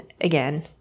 again